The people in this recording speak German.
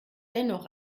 dennoch